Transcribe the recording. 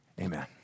Amen